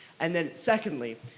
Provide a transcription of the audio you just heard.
and then secondly,